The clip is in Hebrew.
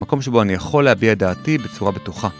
מקום שבו אני יכול להביע דעתי בצורה בטוחה.